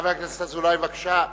חבר הכנסת אזולאי, בבקשה.